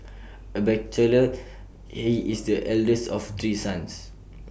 A bachelor he is the eldest of three sons